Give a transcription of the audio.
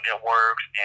networks